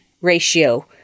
ratio